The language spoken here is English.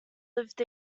lived